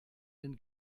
den